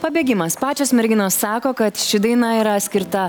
pabėgimas pačios merginos sako kad ši daina yra skirta